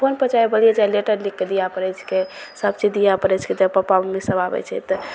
फोनपर चाहे बोलिए चाहे लेटर लिखिके दिए पड़ै छिकै सबचीज दिए पड़ै छै जब पप्पा मम्मी सभ आबै छै तऽ